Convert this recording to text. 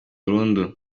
burundu